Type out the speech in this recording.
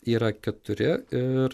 yra keturi ir